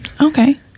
Okay